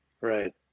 right